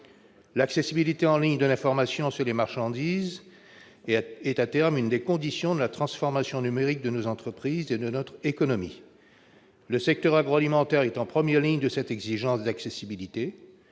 L'accessibilité en ligne de l'information sur les marchandises est, à terme, une des conditions de la transformation numérique de nos entreprises et de notre économie. Le secteur agroalimentaire est en première ligne de cette exigence d'accessibilité.